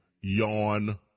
yawn